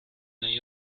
may